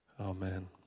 Amen